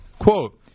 quote